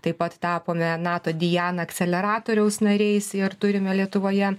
taip pat tapome nato diana akceleratoriaus nariais ir turime lietuvoje